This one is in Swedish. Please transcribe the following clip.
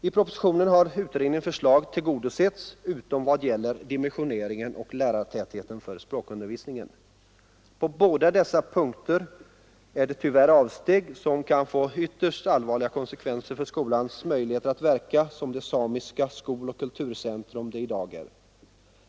I propositionen har utredningens förslag tillgodosetts utom i vad gäller: dimensioneringen och lärartätheten för språkundervisningen. På båda dessa punkter sker det tyvärr avsteg som kan få ytterst allvarliga konsekvenser för skolans möjligheter att verka som det samiska skoloch kulturcentrum som den i dag är.